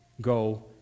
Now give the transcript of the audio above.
Go